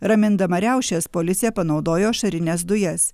ramindama riaušes policija panaudojo ašarines dujas